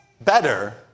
better